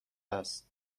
است